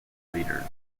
leaders